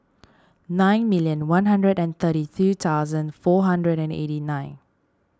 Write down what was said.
nine million one hundred and thirty two thousand four hundred and eighty nine